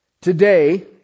Today